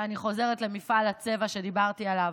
ואני חוזרת למפעל הצבע שדיברתי עליו,